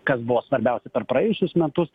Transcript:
kas buvo svarbiausi per praėjusius metus